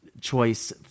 choice